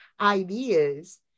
ideas